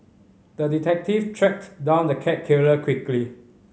the detective tracked down the cat killer quickly